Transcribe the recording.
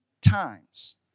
times